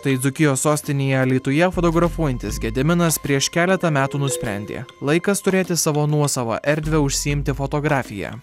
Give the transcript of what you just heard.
tai dzūkijos sostinėje alytuje fotografuojantis gediminas prieš keletą metų nusprendė laikas turėti savo nuosavą erdvę užsiimti fotografija